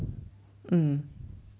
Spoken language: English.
mm